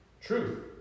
truth